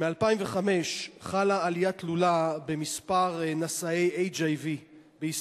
1. מ-2005 חלה עלייה תלולה במספר נשאי HIV בישראל.